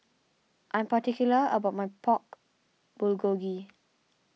I'm particular about my Pork Bulgogi